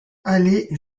aller